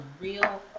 real